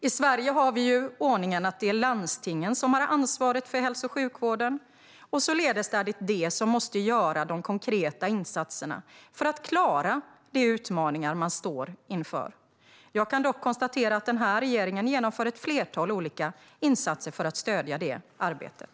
I Sverige har vi ju ordningen att det är landstingen som har ansvaret för hälso och sjukvården, och således är det de som måste göra de konkreta insatserna för att klara de utmaningar man står inför. Jag kan dock konstatera att den här regeringen genomför ett flertal olika insatser för att stödja det arbetet.